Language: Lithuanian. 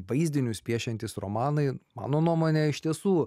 vaizdinius piešiantys romanai mano nuomone iš tiesų